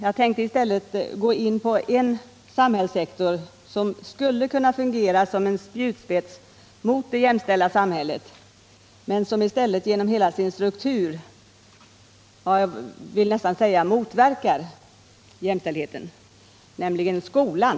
I stället skall jag gå in på en samhällssektor som skulle kunna fungera som en spjutspets i riktning mot det jämställda samhället men som i stället genom hela sin struktur faktiskt motverkar jämställdheten, nämligen skolan.